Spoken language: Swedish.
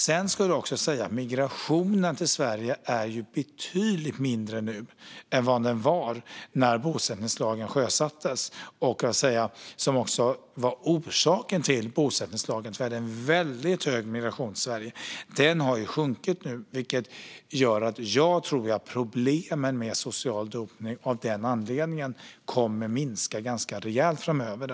Det ska också sägas att migrationen till Sverige är betydligt mindre nu än när bosättningslagen sjösattes. Orsaken till att bosättningslagen skapades var att vi hade väldigt stor migration till Sverige. Den har sjunkit nu. Jag tror därför att problemen med social dumpning av den anledningen kommer att minska ganska rejält framöver.